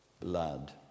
blood